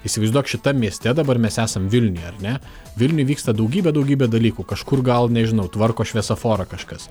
įsivaizduok šitam mieste dabar mes esam vilniuj ar ne vilniuj vyksta daugybė daugybė dalykų kažkur gal nežinau tvarko šviesoforą kažkas